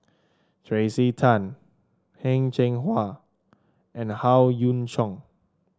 Tracey Tan Heng Cheng Hwa and Howe Yoon Chong